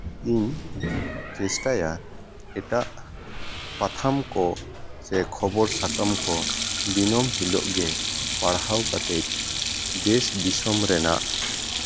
ᱤᱧ ᱪᱮᱥᱴᱟᱭᱟ ᱮᱴᱟᱜ ᱯᱟᱛᱷᱟᱢ ᱠᱚ ᱥᱮ ᱠᱷᱚᱵᱚᱨ ᱥᱟᱠᱟᱢ ᱠᱚ ᱫᱤᱱᱟᱹᱢ ᱦᱤᱞᱳᱜ ᱜᱮ ᱯᱟᱲᱦᱟᱣ ᱠᱟᱛᱮᱜ ᱫᱮᱥ ᱫᱤᱥᱚᱢ ᱨᱮᱱᱟᱜ